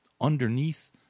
underneath